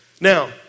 Now